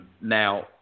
Now